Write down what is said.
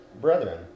brethren